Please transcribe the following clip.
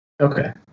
Okay